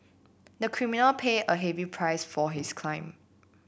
the criminal paid a heavy price for his crime